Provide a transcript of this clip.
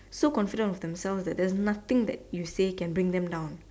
so confident of themselves that there's nothing that you say can bring them down